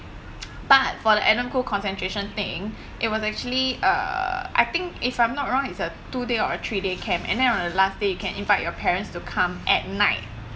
but for the adam khoo concentration thing it was actually uh I think if I'm not wrong is a two day or a three day camp and then on the last day you can invite your parents to come at night